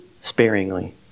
sparingly